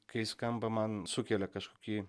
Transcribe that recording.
kai skamba man sukelia kažkokį